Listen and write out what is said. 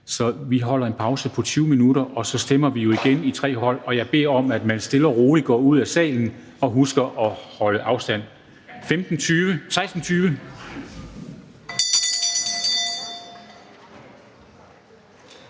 Så vi holder en pause på 20 minutter, og så stemmer vi jo igen i tre hold. Jeg beder om, at man stille og roligt går ud af salen og husker at holde afstand. Mødet er